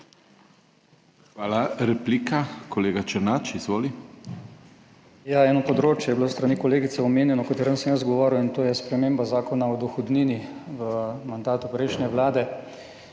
Hvala. Replika. Kolega Černač, izvoli. ZVONKO ČERNAČ (PS SDS): Eno področje je bilo s strani kolegice omenjeno, o katerem sem jaz govoril, in to je sprememba Zakona o dohodnini v mandatu prejšnje vlade,